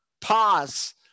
pause